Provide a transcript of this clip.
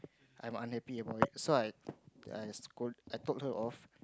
I'm unhappy about it so I I scold I talk her off